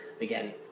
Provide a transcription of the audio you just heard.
again